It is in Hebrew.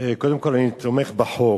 קודם כול אני תומך בחוק,